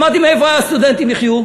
אמרתי: מאיפה הסטודנטים יחיו?